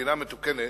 וכמדינה מתוקנת,